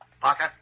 Parker